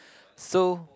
so